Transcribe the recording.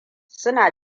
suna